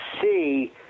see